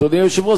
אדוני היושב-ראש.